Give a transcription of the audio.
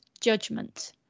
judgment